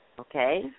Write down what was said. Okay